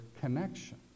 connection